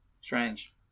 Strange